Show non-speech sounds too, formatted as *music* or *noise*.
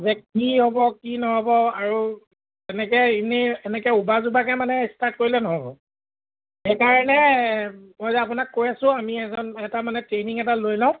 যে কি হ'ব কি নহ'ব আৰু এনেকে এনেই এনেকে *unintelligible* মানে ষ্টাৰ্ট কৰিলে নহ'ব সেইকাৰণে মই যে আপোনাক কৈ আছোঁ আমি এজন এটা মানে ট্ৰেইনিং এটা লৈ লওঁ